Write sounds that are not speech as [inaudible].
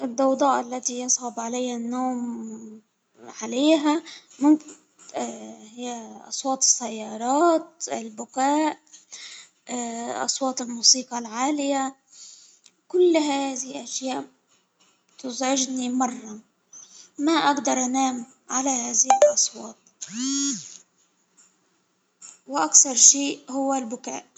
الضوضاء التي يصعب علي النوم عليها [hesitation] هي أصوات السيارات ، البكاء [hesitation] أصوات الموسيقى العالية كل هذه الأشياء تزعجني مرة ما أجدر أنام علي هذه الأصوات، [noise] وأكثر شيء هو البكاء.